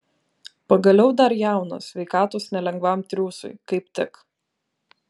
pagaliau dar jaunas sveikatos nelengvam triūsui kaip tik